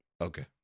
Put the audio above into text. Okay